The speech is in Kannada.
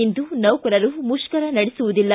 ಇಂದು ನೌಕರರು ಮುಷ್ಕರ ನಡೆಸುವುದಿಲ್ಲ